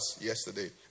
yesterday